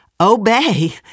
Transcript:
Obey